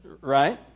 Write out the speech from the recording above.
Right